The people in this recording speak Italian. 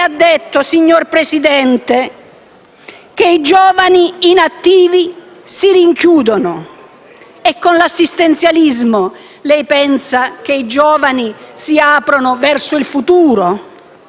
Lei ha detto, signor Presidente, che i giovani inattivi si rinchiudono. E con l'assistenzialismo pensa che i giovani si aprano verso il futuro?